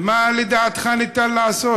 3. מה לדעתך ניתן לעשות?